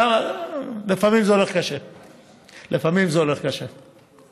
למה, לפעמים זה הולך קשה, לפעמים זה הולך קשה.